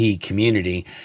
community